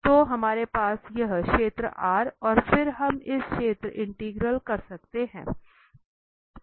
तो हमारे पास यह है क्षेत्र R और फिर हम यह सतह इंटीग्रल कर सकते हैं